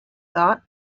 thought